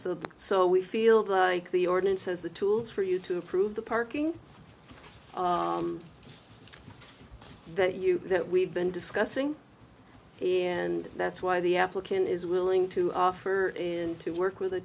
that so we feel like the ordinance has the tools for you to approve the parking that you that we've been discussing and that's why the applicant is willing to offer and to work with